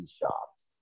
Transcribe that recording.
shops